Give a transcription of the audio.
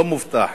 שלא מובטח.